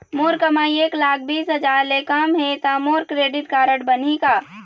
मोर कमाई एक लाख बीस हजार ले कम हे त मोर क्रेडिट कारड बनही का?